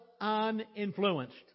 uninfluenced